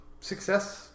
success